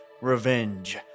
revenge